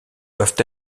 doivent